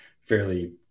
fairly